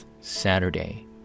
Saturday